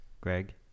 Greg